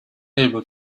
able